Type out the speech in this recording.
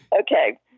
Okay